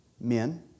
men